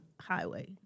highway